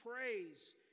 praise